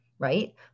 right